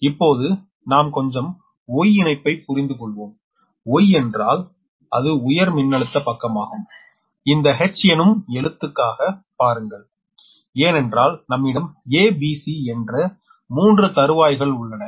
இப்போது நாம் கொஞ்சம் Y இணைப்பை புரிந்து கொள்வோம் Y என்றால் அது உயர் மின்னழுத்த பக்கமாகும் இந்த H எனும் எழுத்துக்காக பாருங்கள் ஏனென்றால் நம்மிடம் A B C என்று மூன்று தருவாய்கள் உள்ளன